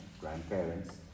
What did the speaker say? grandparents